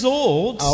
old